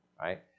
right